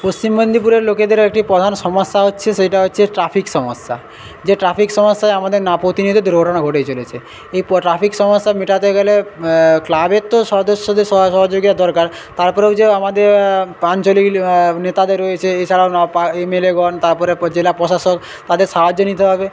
পশ্চিম মেদিনীপুরের লোকেদেরও একটি প্রধান সমস্যা হচ্ছে সেইটা হচ্ছে ট্রাফিক সমস্যা যে ট্রাফিক সমস্যায় আমাদের না প্রতিনিয়ত দুর্ঘটনা ঘটেই চলেছে এই প ট্রাফিক সমস্যা মেটাতে গেলে ক্লাবের তো সদস্যদের সবার সহযোগিতা দরকার তার পরেও যে আমাদের আঞ্চলিক নেতাদের রয়েছে এছাড়াও এমএলএগণ তার পরে প জেলা প্রশাসক তাদের সাহায্য নিতে হবে